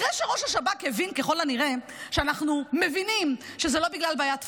אחרי שראש השב"כ הבין ככל הנראה שאנחנו מבינים שזה לא בגלל בעיית תפוסה,